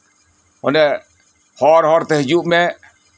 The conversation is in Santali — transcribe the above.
ᱚᱱᱮ ᱦᱚᱨ ᱦᱚᱨᱛᱮ ᱦᱤᱡᱩᱜ ᱢᱮ